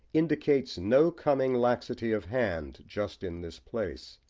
indicates no coming laxity of hand just in this place.